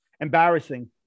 Embarrassing